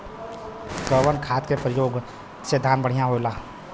कवन खाद के पयोग से धान बढ़िया होई?